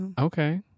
Okay